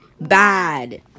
bad